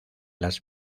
las